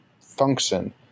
function